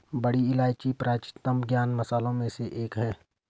बड़ी इलायची प्राचीनतम ज्ञात मसालों में से एक है